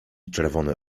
czerwone